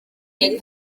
iri